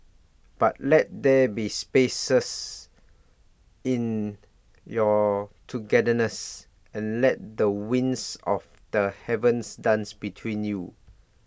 but let there be spaces in your togetherness and let the winds of the heavens dance between you